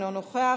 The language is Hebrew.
אינו נוכח,